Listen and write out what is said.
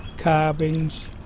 carvings